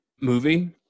movie